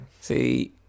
See